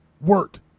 work